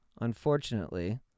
unfortunately